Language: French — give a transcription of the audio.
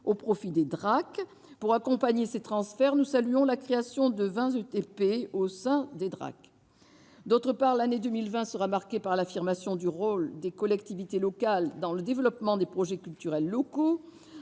au profit des DRAC. Pour accompagner ces transferts, nous saluons la création de 20 équivalents temps plein au sein de ces DRAC. D'autre part, l'année 2020 sera marquée par l'affirmation du rôle des collectivités locales dans le développement des projets culturels locaux,